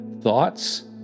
thoughts